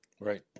right